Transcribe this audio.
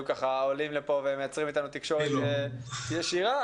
עולים לפה ומייצרים איתנו תקשורת ישירה,